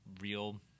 real